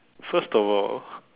first of all